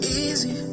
easy